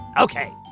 Okay